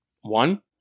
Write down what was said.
One